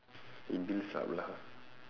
it builds up lah